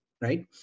right